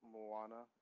Moana